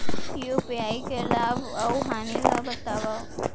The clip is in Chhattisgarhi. यू.पी.आई के लाभ अऊ हानि ला बतावव